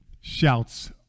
shouts